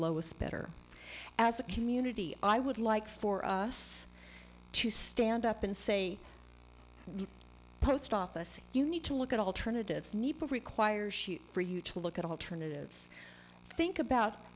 lowest better as a community i would like for us to stand up and say the post office you need to look at alternatives requires shoot for you to look at alternatives think about